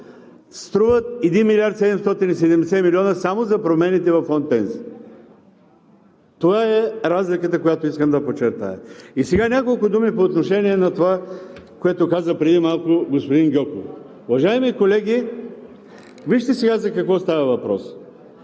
струват 1 милиард 770 милиона само за промените във фонд „Пенсии“. Това е разликата, която искам да подчертая. И сега няколко думи по отношение на това, което каза преди малко господин Гьоков. Уважаеми колеги, вижте сега за какво става въпрос.